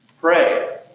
pray